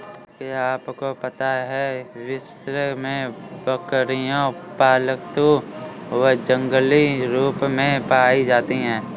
क्या आपको पता है विश्व में बकरियाँ पालतू व जंगली रूप में पाई जाती हैं?